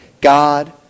God